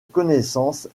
connaissance